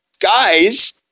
guys